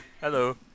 Hello